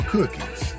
Cookies